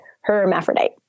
hermaphrodite